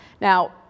Now